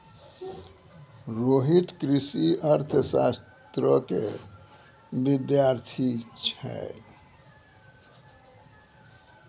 रोहित कृषि अर्थशास्त्रो के विद्यार्थी छै